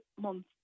month